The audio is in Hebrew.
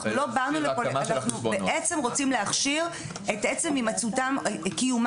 אנחנו בעצם רוצים להכשיר את עצם קיימום